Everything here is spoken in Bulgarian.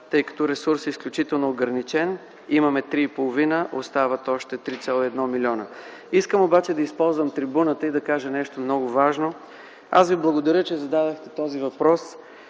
тъй като ресурсът е изключително ограничен. Имаме 3,5 млн. лв., остават още 3,1 млн. лв. Искам обаче да използвам трибуната и да кажа нещо много важно. Аз Ви благодаря, че зададохте този въпрос.